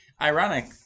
Ironic